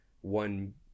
one